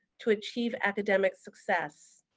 to achieve academic success.